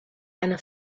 eine